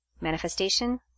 manifestation